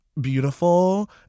beautiful